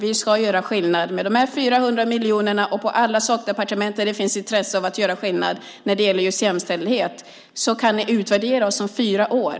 Vi ska göra skillnad med de 400 miljonerna och på alla sakdepartement där det finns intresse av att åstadkomma förändringar när det gäller just jämställdhet. Sedan kan ni utvärdera oss om fyra år.